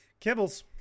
Kibbles